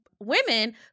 women